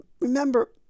Remember